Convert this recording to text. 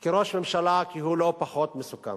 כראש ממשלה, כי הוא לא פחות מסוכן.